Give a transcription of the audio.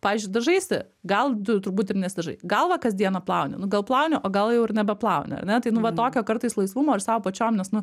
pavyzdžiui dažaisi gal tu turbūt ir nesidažai galvą kasdieną plauni nu plauni o gal jau ir nebeplauni ane tai nu va tokio kartais laisvumo ir sau pačiom nes nu